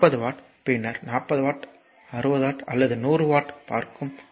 40 watt பின்னர் 40 watt 60 watt அல்லது 100 watt பார்க்கும்